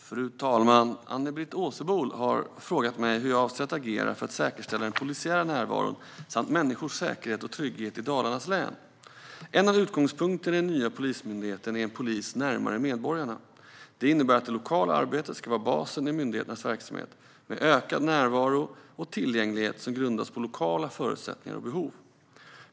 Fru talman! Ann-Britt Åsebol har frågat mig hur jag avser att agera för att säkerställa den polisiära närvaron samt människors säkerhet och trygghet i Dalarnas län. En av utgångspunkterna i den nya Polismyndigheten är en polis närmare medborgarna. Det innebär att det lokala arbetet ska vara basen i myndighetens verksamhet, med ökad närvaro och tillgänglighet som grundas på lokala förutsättningar och behov.